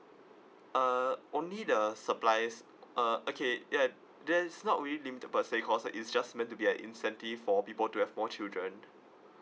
uh only the suppliers uh okay ya that is not redeem per se cause that is just meant to be a incentive for people to have more children